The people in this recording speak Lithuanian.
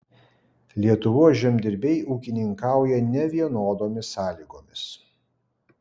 lietuvos žemdirbiai ūkininkauja nevienodomis sąlygomis